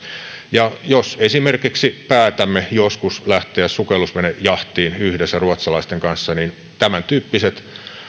jos esimerkiksi päätämme joskus lähteä sukellusvenejahtiin yhdessä ruotsalaisten kanssa niin tämäntyyppiset